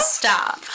stop